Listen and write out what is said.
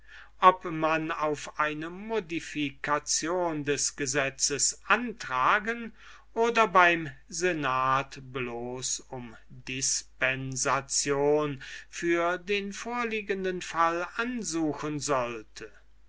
ob man auf eine modification des gesetzes antragen oder beim senat bloß um dispensation für den vorliegenden fall ansuchen sollte